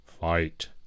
fight